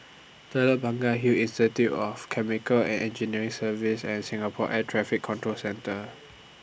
Telok Blangah Hill Institute of Chemical and Engineering Services and Singapore Air Traffic Control Centre